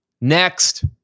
next